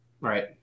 Right